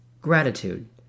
gratitude